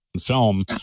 film